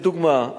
לדוגמה,